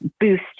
boost